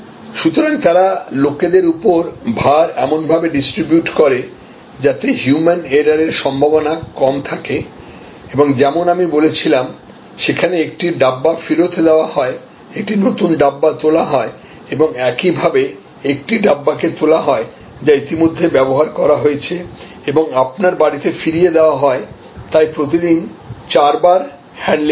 সুতরাং তারা লোকদের উপর ভার এমনভাবে ডিস্ট্রিবিউট করে যাতে হিউম্যান এররের সম্ভাবনা কম থাকে এবং যেমন আমি বলেছিলাম সেখানে একটি ডাব্বা ফেরত দেওয়া হয় একটি নতুন ডাব্বা তোলা হয় এবং একইভাবে একটি ডাব্বাকে তোলা হয় যা ইতিমধ্যে ব্যবহার করা হয়েছে এবং আপনার বাড়িতে ফিরিয়ে দেওয়া হয় তাই প্রতিদিন চারবার হ্যান্ডলিং হচ্ছে